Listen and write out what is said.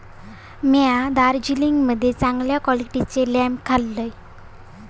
म्या दार्जिलिंग मध्ये चांगले क्वालिटीचे प्लम खाल्लंय